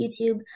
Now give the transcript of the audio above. YouTube